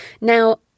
Now